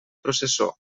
processó